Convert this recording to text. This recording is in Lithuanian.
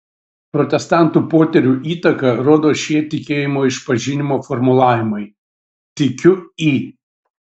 protestantų poterių įtaką rodo šie tikėjimo išpažinimo formulavimai tikiu į